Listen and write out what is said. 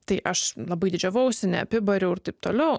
tai aš labai didžiavausi neapibariau ir taip toliau